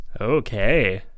Okay